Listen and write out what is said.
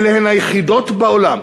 אלה הן היחידות בעולם